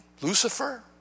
Lucifer